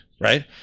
right